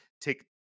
take